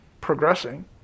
progressing